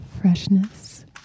freshness